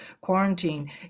quarantine